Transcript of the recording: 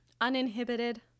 uninhibited